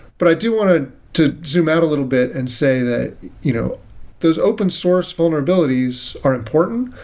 but i do want to to zoom out a little bit and say that you know those open source vulnerabilities are important,